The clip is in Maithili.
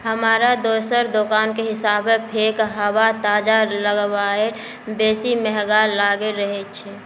हमरा दोसर दोकानक हिसाबे फ्रैंक हवा ताजा करयवला बेसी महग लागि रहल छै